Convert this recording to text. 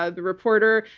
ah the reporter,